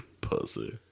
Pussy